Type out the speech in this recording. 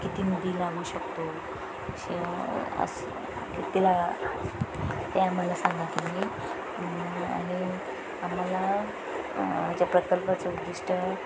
किती मुली लावू शकतो असे ला ते आमाला सांगा तुम्ही केले आणि आम्हाला ज्या प्रकल्पाचं उद्दिष्ट